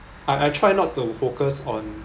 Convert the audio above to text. I I try not to focus on